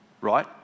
right